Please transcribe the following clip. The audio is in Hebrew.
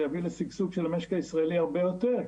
יביא לשגשוג של המשק הישראלי הרבה יותר,